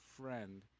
friend